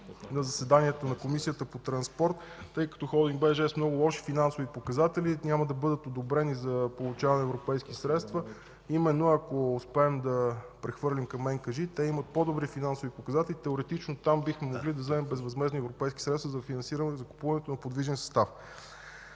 на заседанието на Комисията по транспорт. Тъй като Холдинг „БДЖ” е с много лоши финансови показатели, няма да бъдат одобрени за получаване на европейски средства, а именно, ако успеем да ги прехвърлим към НКЖИ, те имат по-добри финансови показатели, и теоретично така бихме могли да вземем безвъзмездни европейски средства за финансиране закупуването на подвижен състав.